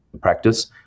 practice